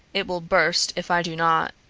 it will burst if i do not.